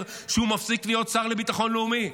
שהוא מפסיק להיות שר לביטחון לאומי.